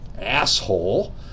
asshole